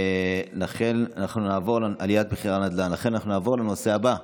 לכן אנחנו נעבור לנושא הבא בסדר-היום.